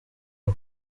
ubu